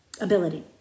ability